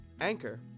Anchor